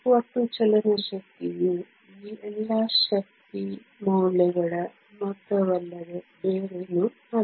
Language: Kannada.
ಒಟ್ಟು ಚಲನ ಶಕ್ತಿಯು ಈ ಎಲ್ಲಾ ಶಕ್ತಿ ಮೌಲ್ಯಗಳ ಮೊತ್ತವಲ್ಲದೆ ಬೇರೇನೂ ಅಲ್ಲ